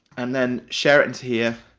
and then share it and here,